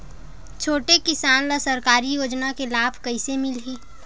छोटे किसान ला सरकारी योजना के लाभ कइसे मिलही?